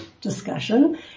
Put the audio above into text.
discussion